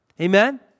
Amen